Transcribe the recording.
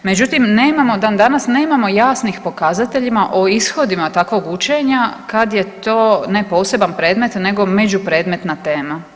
Međutim, nemamo, dan danas nemamo jasnih pokazatelja o ishodima takvog učenja kada je to ne poseban predmet nego međupredmetna tema.